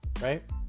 Right